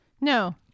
No